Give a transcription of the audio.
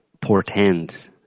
portends